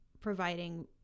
providing